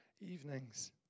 evenings